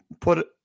put